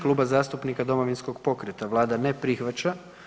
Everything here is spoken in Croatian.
Kluba zastupnika Domovinskog pokreta, Vlada ne prihvaća.